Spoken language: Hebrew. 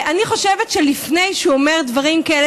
אני חושבת שלפני שהוא אומר דברים כאלה,